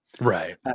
Right